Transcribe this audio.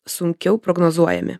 sunkiau prognozuojami